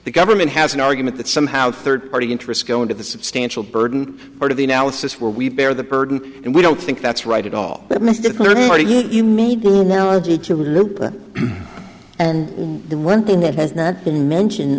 the government has an argument that somehow third party interests go into the substantial burden part of the analysis where we bear the burden and we don't think that's right at all but mr clinton money he made and the one thing that has not been mention